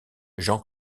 jean